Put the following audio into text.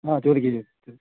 ആ ചോദിക്ക്